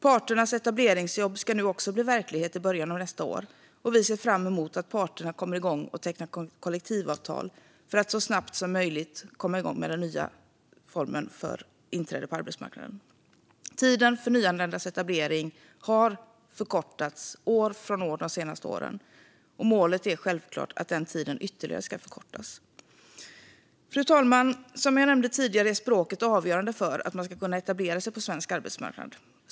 Parternas etableringsjobb ska nu också bli verklighet i början av nästa år, och vi ser fram emot att parterna kommer att börja teckna kollektivavtal för att så snabbt som möjligt komma igång med den nya formen för inträde på arbetsmarknaden. Tiden för nyanländas etablering på arbetsmarknaden har de senaste åren förkortats år för år, och målet är självklart att den tiden ytterligare ska förkortas. Fru talman! Som jag nämnde tidigare är språket avgörande för att man ska kunna etablera sig på svensk arbetsmarknad.